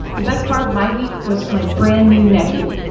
the best part of my week was my brand-new nephew,